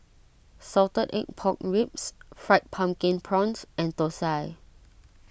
Salted Egg Pork Ribs Fried Pumpkin Prawns and Thosai